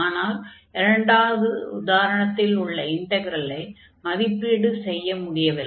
ஆனால் இரண்டாம் உதாரணத்தில் உள்ள இன்டக்ரலை மதிப்பீடு செய்ய முடியவில்லை